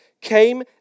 came